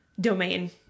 domain